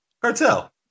Cartel